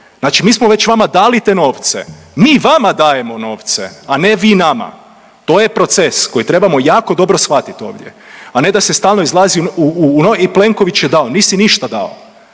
Znači mi smo već vama dali te novce, mi vama dajemo novce, a ne vi nama. To je proces koji trebamo jako dobro shvatit ovdje, a ne da se stalno izlazi … i Plenković je dao, nisi ništa dao,